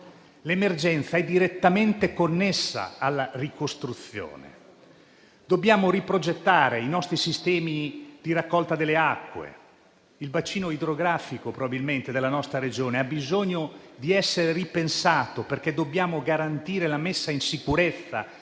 L'emergenza è direttamente connessa alla ricostruzione; dobbiamo riprogettare i nostri sistemi di raccolta delle acque; probabilmente il bacino idrografico della nostra Regione ha bisogno di essere ripensato, perché dobbiamo garantire la messa in sicurezza